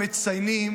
ושם הם מציינים